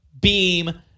beam